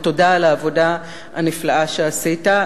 ותודה על העבודה הנפלאה שעשית.